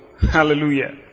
Hallelujah